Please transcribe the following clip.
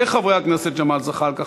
וחברי הכנסת ג'מאל זחאלקה,